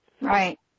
Right